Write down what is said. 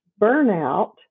burnout